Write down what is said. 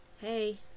Hey